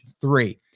three